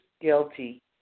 guilty